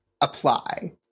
apply